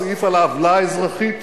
סעיף על העוולה האזרחית,